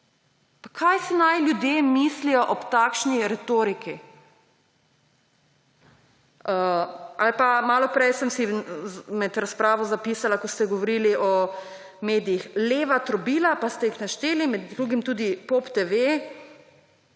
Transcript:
SD. Kaj si naj ljudje mislijo ob takšni retoriki? Malo prej sem si med razpravo zapisala, ko ste govorili o medijih, »leva trobila«, pa ste jih našteli, med drugim tudi POP TV,